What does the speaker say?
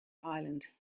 island